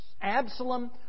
Absalom